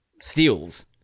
steals